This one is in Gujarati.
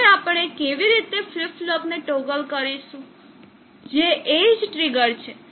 હવે આપણે કેવી રીતે ફ્લિપ ફ્લોપ ને ટોગલ કરીશું જે એજ ટ્રીગર છે